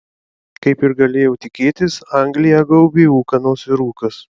kaip ir galėjau tikėtis angliją gaubė ūkanos ir rūkas